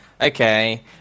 okay